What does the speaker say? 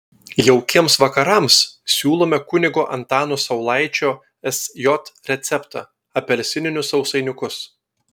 jaukiems vakarams siūlome kunigo antano saulaičio sj receptą apelsininius sausainiukus